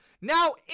Now